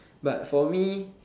but for me